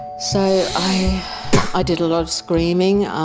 so i i did a lot of screaming.